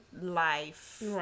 life